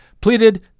pleaded